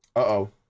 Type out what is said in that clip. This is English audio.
oh